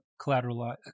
collateral